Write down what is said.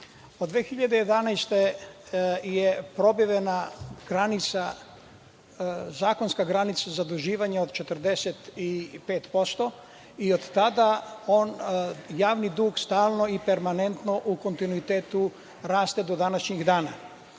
2011. je probijena zakonska granica zaduživanja od 45% i od tada javni dug stalno i permanentno u kontinuitetu raste do današnjeg dana.